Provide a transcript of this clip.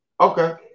Okay